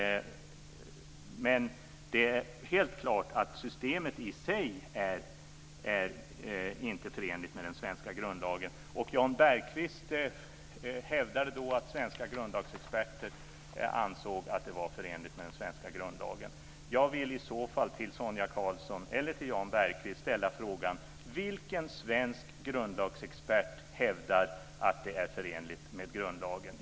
Men det är helt klart att systemet i sig inte är förenligt med den svenska grundlagen. Jan Bergqvist hävdade då att svenska grundlagsexperter ansåg att det var förenligt med den svenska grundlagen. Jag vill i så fall till Sonia Karlsson eller till Jan Bergqvist ställa frågan: Vilken svensk grundlagsexpert hävdar att det är förenligt med grundlagen?